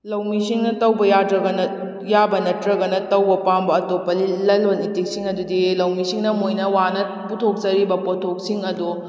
ꯂꯧꯃꯤꯁꯤꯡꯅ ꯇꯧꯕ ꯌꯥꯗ꯭ꯔꯒꯅ ꯌꯥꯕ ꯅꯠꯇ꯭ꯔꯒꯅ ꯇꯧꯕ ꯄꯥꯝꯕ ꯑꯇꯣꯞꯄ ꯂꯂꯣꯟ ꯏꯇꯤꯛꯁꯤꯡ ꯑꯗꯨꯗꯤ ꯂꯧꯃꯤꯁꯤꯡꯅ ꯃꯣꯏꯅ ꯋꯥꯅ ꯄꯨꯊꯣꯛꯆꯔꯤꯕ ꯄꯣꯊꯣꯛꯁꯤꯡ ꯑꯗꯣ